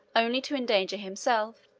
only to endanger himself,